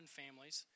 families